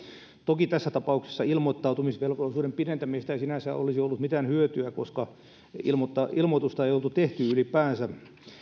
toki tässä tapauksessa ilmoittautumisvelvollisuuden pidentämisestä ei sinänsä olisi ollut mitään hyötyä koska ilmoitusta ei oltu tehty ylipäänsä